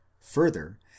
further